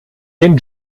den